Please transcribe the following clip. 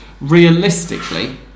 realistically